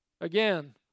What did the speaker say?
Again